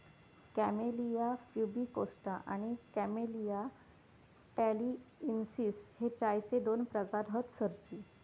camellia pubicosta आणि camellia taliensis हे चायचे दोन प्रकार हत सरजी